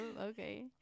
Okay